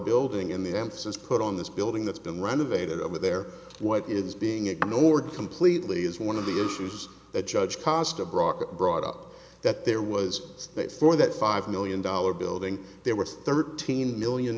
building and the emphasis put on this building that's been renovated over there what is being ignored completely is one of the issues that judge cost abroad brought up that there was that for that five million dollars building there were thirteen million